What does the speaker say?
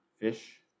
Fish